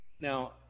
Now